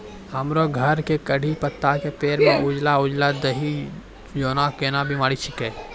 हमरो घर के कढ़ी पत्ता के पेड़ म उजला उजला दही जेना कोन बिमारी छेकै?